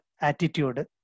attitude